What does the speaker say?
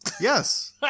Yes